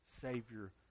Savior